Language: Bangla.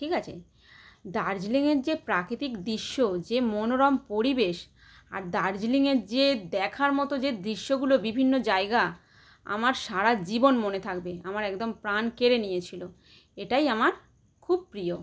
ঠিক আছে দার্জিলিংয়ের যে প্রাকৃতিক দৃশ্য যে মনোরম পরিবেশ আর দার্জিলিঙের যে দেখার মতো যে দৃশ্যগুলো বিভিন্ন জায়গা আমার সারা জীবন মনে থাকবে আমার একদম প্রাণ কেড়ে নিয়েছিল এটাই আমার খুব প্রিয়